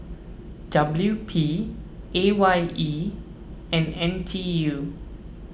W P A Y E and N T U